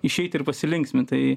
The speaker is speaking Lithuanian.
išeit ir pasilinksmint tai